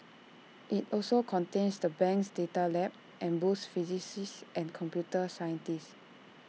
IT also contains the bank's data lab and boasts physicists and computer scientists